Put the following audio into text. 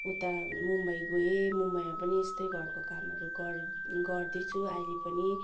उता मुम्बई गएँ मुम्बईमा पनि यस्तै घरको कामहरू गर गर्दैछु अहिले पनि